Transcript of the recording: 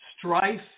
Strife